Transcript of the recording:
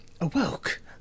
awoke